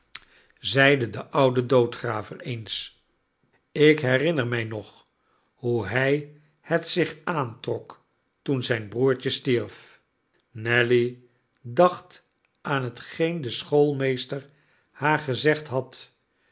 ill de oude doodgraver eens ik herinner mij nog hoe hij het zich aantrok toen zijn broertje stierf nelly dacht aan hetgeen de schoolmeester haar gezegd had